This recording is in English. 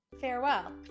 Farewell